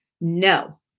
No